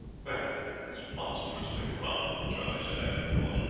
well, it is monstrously rum charley said after a pause.